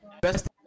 best